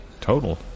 Total